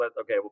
Okay